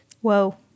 Whoa